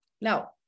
Now